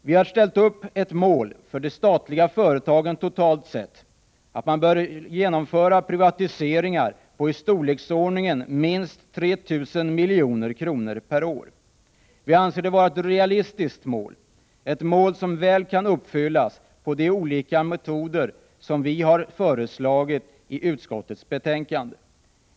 Vi har ställt upp ett mål för de statliga företagen totalt sett. Man bör genomföra privatiseringar i storleksordningen minst 3 000 milj.kr. per år. Vi anser det vara ett realistiskt mål, ett mål som väl kan uppfyllas genom de olika metoder som vi har föreslagit i utskottets betänkande.